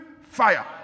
fire